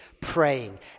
praying